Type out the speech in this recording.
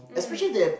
mm